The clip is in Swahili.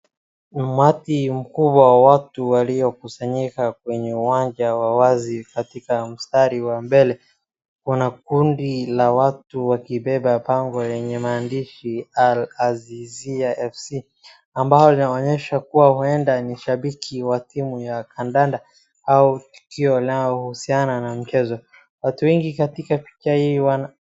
Umati mkubwa wa watu waliokusanyika kwenye uwanja wa wazi katika mstari wa mbele. Kuna kundi la watu wakibeba bango lenye maandishi "Al-Azeezia FC" ambao inaonyesha kuwa huenda ni shabiki wa timu ya kandanda au ndio inahusiana na mchezo. Watu wengi katika picha hii wana.